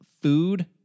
food